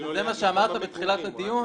זה מה שאמרת בתחילת הדיון,